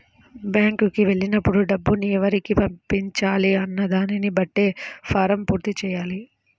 బ్యేంకుకి వెళ్ళినప్పుడు డబ్బుని ఎవరికి పంపించాలి అన్న దానిని బట్టే ఫారమ్ పూర్తి చెయ్యాలి